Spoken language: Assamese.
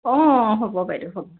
অঁ অঁ হ'ব বাইদেউ হ'ব